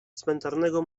cmentarnego